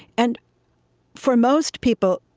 and for most people,